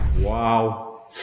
wow